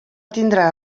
tindrà